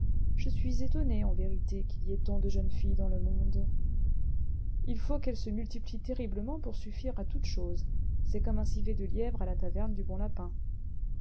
je suis étonné en vérité qu'il y ait tant de jeunes filles dans le monde il faut qu'elles se multiplient terriblement pour suffire à toutes choses c'est comme un civet de lièvre à la taverne du bon lapin